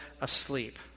asleep